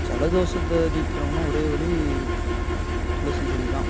ஜலதோஷத்தை அடிக்கணும்னா ஒரே வழி துளசி செடி தான்